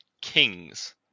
kings